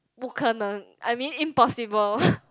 不可能 I mean impossible